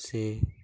ᱥᱮ